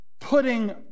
putting